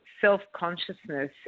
self-consciousness